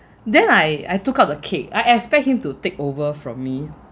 then I I took out the cake I expect him to take over from me